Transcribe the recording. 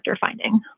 finding